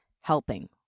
helping